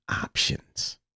options